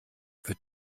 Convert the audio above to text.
wird